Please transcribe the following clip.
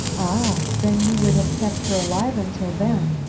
ah, then you would have kept her alive until then.